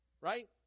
right